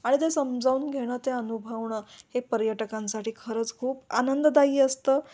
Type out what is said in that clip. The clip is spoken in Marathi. आणि ते समजाून घेणं ते अनुभवणं हे पर्यटकांसाठी खरंच खूप आनंददायी असतं